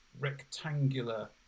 rectangular